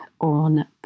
on